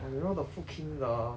oh you know the food king the